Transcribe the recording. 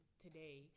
today